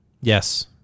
yes